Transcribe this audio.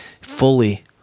fully